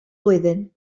blwyddyn